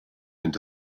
into